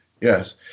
Yes